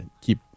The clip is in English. keep